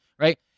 right